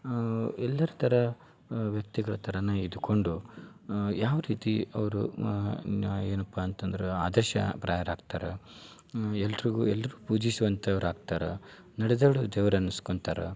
ಎಲ್ಲರ ಥರ ವ್ಯಕ್ತಿಗಳ ಥರನ ಇದ್ಕೊಂಡು ಯಾವ ರೀತಿ ಅವರು ಇನ್ನ ಏನಪ್ಪ ಅಂತಂದ್ರೆ ಆದರ್ಶ ಪ್ರಾಯರಾಗ್ತಾರೆ ಎಲ್ಲರಿಗೂ ಎಲ್ಲರೂ ಪೂಜಿಸುವಂಥವ್ರಾಗ್ತಾರೆ ನಡೆದಾಡುವ ದೇವ್ರು ಅನ್ನಸ್ಕೊಂತಾರೆ